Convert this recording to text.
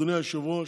אדוני היושב-ראש,